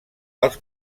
els